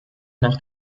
nach